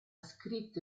scritto